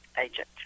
agent